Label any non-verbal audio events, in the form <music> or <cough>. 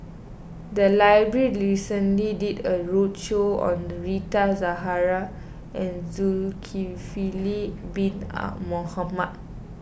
the library recently did a roadshow on Rita Zahara and Zulkifli Bin <noise> Mohamed